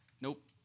nope